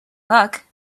luck